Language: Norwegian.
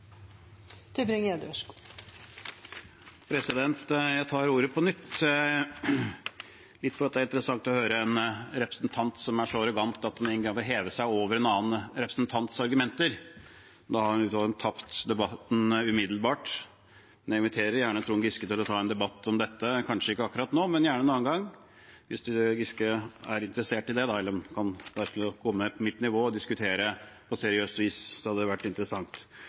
som er så arrogant at han hever seg over en annen representants argumenter. Da har man tapt debatten umiddelbart. Jeg inviterer gjerne Trond Giske til å ta en debatt om dette – kanskje ikke akkurat nå, men gjerne en annen gang, hvis Giske er interessert i det. Om han kunne være så snill å komme ned på mitt nivå og diskutere det på seriøst vis, hadde det vært interessant.